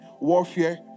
warfare